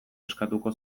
eskatuko